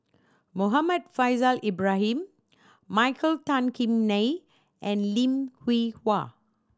Muhammad Faishal Ibrahim Michael Tan Kim Nei and Lim Hwee Hua